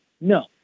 No